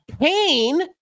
pain